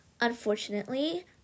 unfortunately